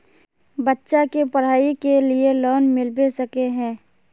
बच्चा के पढाई के लिए लोन मिलबे सके है?